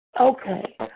okay